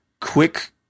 quick